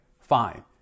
Fine